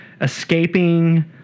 escaping